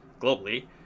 globally